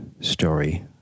story